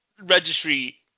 registry